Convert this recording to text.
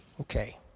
Okay